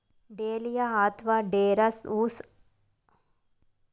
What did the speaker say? dahlia ಅತ್ವ ಡೇರಾ ಹೂ ಆಸ್ಟರೇಸೀ ಕುಟುಂಬಕ್ಕೆ ಸೇರಿದ ಅಲಂಕಾರ ಸಸ್ಯ ಇದು ಹಲ್ವಾರ್ ಬಣ್ಣಗಳಲ್ಲಯ್ತೆ